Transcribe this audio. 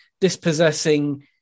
dispossessing